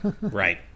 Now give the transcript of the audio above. Right